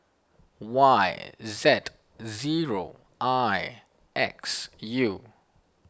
Y Z zero I X U